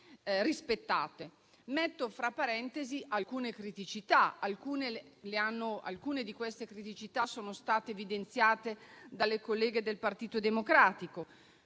Metto fra parentesi delle criticità, alcune delle quali sono state evidenziate dalle colleghe del Partito Democratico.